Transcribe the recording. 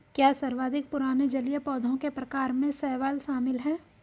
क्या सर्वाधिक पुराने जलीय पौधों के प्रकार में शैवाल शामिल है?